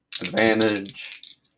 advantage